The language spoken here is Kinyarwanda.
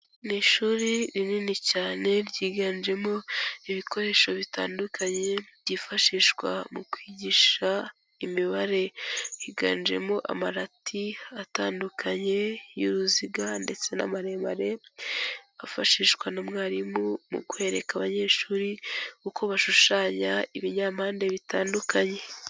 Ni ishuri rinini cyane ryiganjemo ibikoresho bitandukanye byifashishwa mu kwigisha imibare, higanjemo amarati atandukanye y'uruziga ndetse n'amaremare afashishwa na mwarimu mu kwereka abanyeshuri uko bashushanya ibinyampande bitandukanye.